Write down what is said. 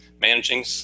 managing